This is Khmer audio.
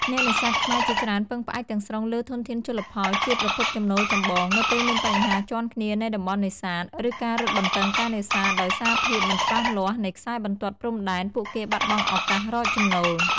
អ្នកនេសាទខ្មែរជាច្រើនពឹងផ្អែកទាំងស្រុងលើធនធានជលផលជាប្រភពចំណូលចម្បង នៅពេលមានបញ្ហាជាន់គ្នានៃតំបន់នេសាទ ឬការរឹតបន្តឹងការនេសាទដោយសារភាពមិនច្បាស់លាស់នៃខ្សែបន្ទាត់ព្រំដែន ពួកគេបាត់បង់ឱកាសរកចំណូល។